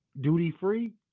Duty-free